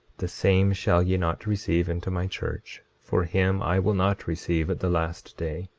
the same shall ye not receive into my church, for him i will not receive at the last day.